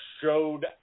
showed